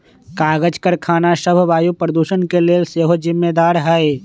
कागज करखना सभ वायु प्रदूषण के लेल सेहो जिम्मेदार हइ